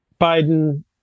Biden